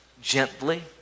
Gently